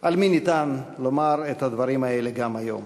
על מי ניתן לומר את הדברים האלה גם היום.